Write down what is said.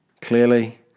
Clearly